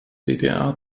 ddr